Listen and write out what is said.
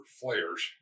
flares